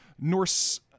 Norse